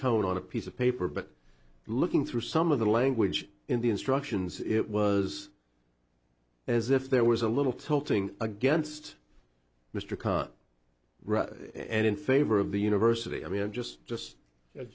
tone on a piece of paper but looking through some of the language in the instructions it was as if there was a little tilting against mister rudd and in favor of the university i mean just just